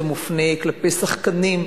זה מופנה כלפי שחקנים,